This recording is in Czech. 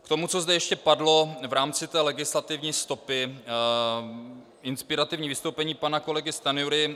K tomu, co zde ještě padlo v rámci té legislativní stopy, inspirativní vystoupení pana kolegy Stanjury.